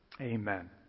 Amen